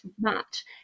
match